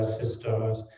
sisters